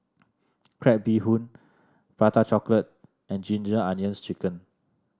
Crab Bee Hoon Prata Chocolate and Ginger Onions chicken